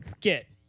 Get